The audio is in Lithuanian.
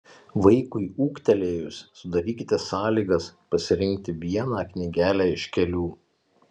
vaikui ūgtelėjus sudarykite sąlygas pasirinkti vieną knygelę iš kelių